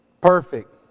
perfect